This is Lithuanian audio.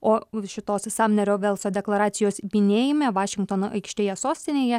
o šitos samnerio velso deklaracijos minėjime vašingtono aikštėje sostinėje